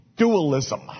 Dualism